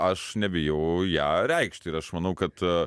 aš nebijau ją reikšt ir aš manau kad